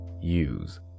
use